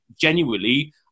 genuinely